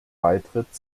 beitritt